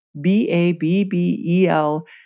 B-A-B-B-E-L